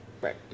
right